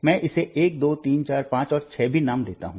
मैं इसे 1 2 3 4 5 और 6 भी नाम देता हूं